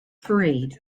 parade